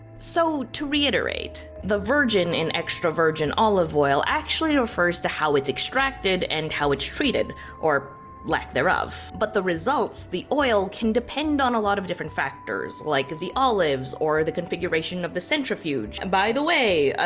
so to reiterate, the virgin in extra virgin olive oil actually refers to how it's extracted and how it's treated or lack thereof, but the results, the oil can depend on a lot of different factors like the olives or the configuration of the centrifuge. by the way, ah